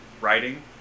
writing